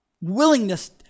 willingness